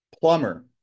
Plumber